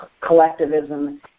collectivism